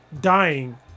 dying